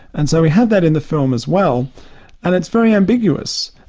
and so we have that in the film as well and it's very ambiguous.